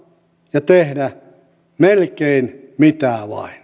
ja tehdä melkein mitä vain